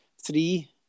three